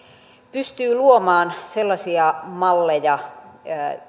pystyy luomaan sellaisia malleja